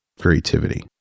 creativity